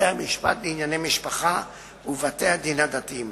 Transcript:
בבתי-המשפט לענייני משפחה ובבתי-הדין הדתיים.